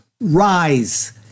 Rise